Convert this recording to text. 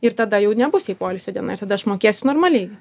ir tada jau nebus jai poilsio diena ir tada aš mokėsiu normaliai